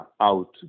out